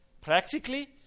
practically